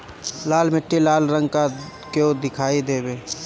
लाल मीट्टी लाल रंग का क्यो दीखाई देबे?